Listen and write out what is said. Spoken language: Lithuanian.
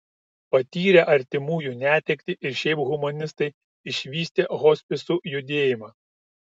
patyrę artimųjų netektį ir šiaip humanistai išvystė hospisų judėjimą